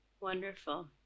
Wonderful